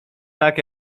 tak